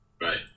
Right